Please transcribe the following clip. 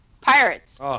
Pirates